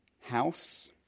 house